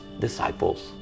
disciples